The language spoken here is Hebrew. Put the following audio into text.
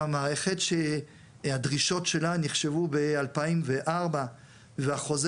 מערכת שהדרישות שלה נחשבו ב-2004 והחוזה